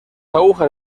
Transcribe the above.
agujas